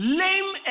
lame